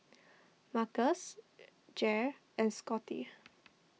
Marcus Jair and Scotty